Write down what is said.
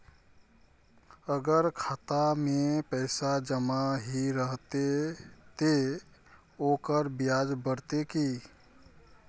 अगर खाता में पैसा जमा ही रहते ते ओकर ब्याज बढ़ते की?